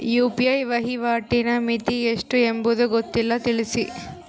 UPI ವಹಿವಾಟಿನ ಮಿತಿ ಎಷ್ಟು ಎಂಬುದು ಗೊತ್ತಿಲ್ಲ? ತಿಳಿಸಿ?